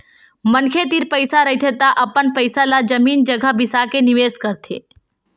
मनखे तीर पइसा रहिथे त अपन पइसा ल जमीन जघा बिसा के निवेस करथे